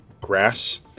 grass